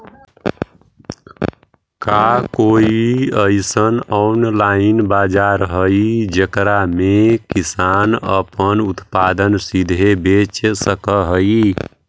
का कोई अइसन ऑनलाइन बाजार हई जेकरा में किसान अपन उत्पादन सीधे बेच सक हई?